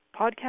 podcast